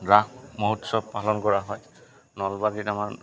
ৰাস মহোৎসৱ পালন কৰা হয় নলবাৰীত আমাৰ